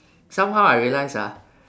somehow I realise ah